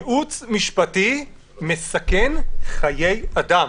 ייעוץ משפטי מסכן חיי אדם.